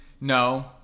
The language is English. No